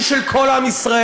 היא של כל עם ישראל,